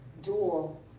dual